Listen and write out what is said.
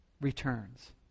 returns